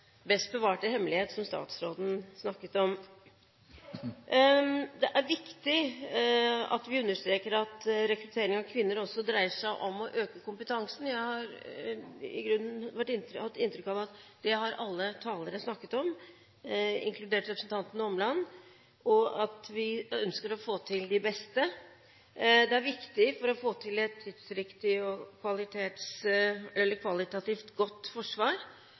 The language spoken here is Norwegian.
rekruttering av kvinner også dreier seg om å øke kompetansen. Jeg har i grunnen hatt inntrykk av – det har alle talere snakket om, inkludert representanten Åmland – at vi ønsker å få de beste. Det er viktig for å få til et tidsriktig og kvalitativt godt forsvar